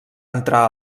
entrar